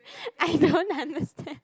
I don't understand